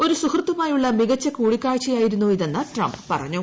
ഒരു സുഹൃത്തുമായുള്ള മികച്ച കൂടിക്കാഴ്ചയായിരുന്നു ഇതെന്ന് ട്രംപ്പ്റ്റ്ഞ്ഞു